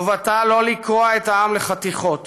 חובתה לא לקרוע את העם לחתיכות.